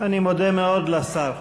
אני מודה מאוד לשר.